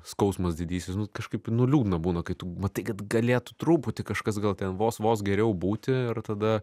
skausmas didysis nu kažkaip nu liūdna būna kai tu matai kad galėtų truputį kažkas gal ten vos vos geriau būti ir tada